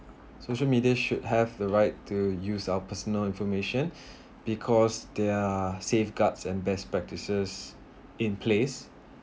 social media should have the right to use our personal information because they are safeguards and best practices in place